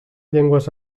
llengües